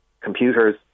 computers